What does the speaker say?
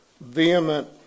vehement